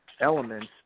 elements